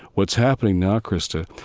what's happening now, krista,